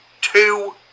two